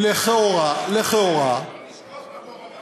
לא לשכוח את המעורבות